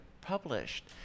published